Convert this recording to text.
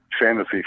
fantasy